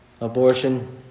abortion